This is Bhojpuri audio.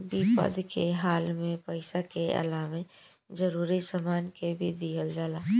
विपद के हाल में पइसा के अलावे जरूरी सामान के भी दिहल जाला